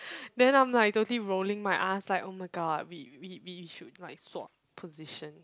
then I'm like totally rolling my eyes like oh my god we we we should like swap position